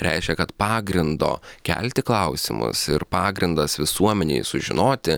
reiškia kad pagrindo kelti klausimus ir pagrindas visuomenei sužinoti